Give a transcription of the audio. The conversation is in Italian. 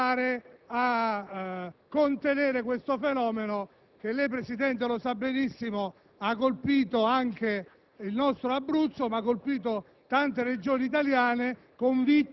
dovrebbero prevenire o comunque portare a contenere questo fenomeno che, come lei, Presidente, sa benissimo, ha colpito anche